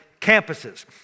campuses